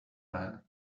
man